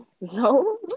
No